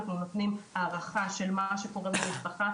אנחנו נותנים הערכה של מה שקורה במשפחה,